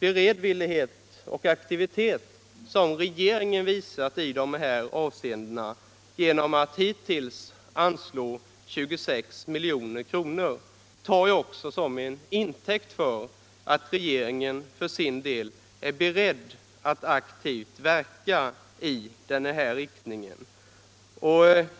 beredvillighet och aktivitet som regeringen har visat i dessa avseenden genom alt hittills anslå 26 milj.kr. tar Jag också till intäkt för alt regeringen för sin del är beredd att aktivt verka i den riktningen. Herr talman!